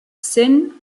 sent